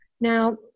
Now